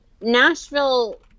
Nashville